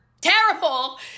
terrible